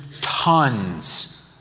tons